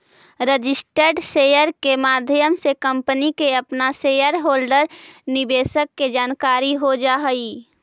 registered share के माध्यम से कंपनी के अपना शेयर होल्डर निवेशक के जानकारी हो जा हई